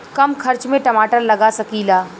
कम खर्च में टमाटर लगा सकीला?